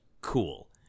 cool